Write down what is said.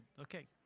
okay.